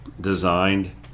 designed